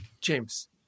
james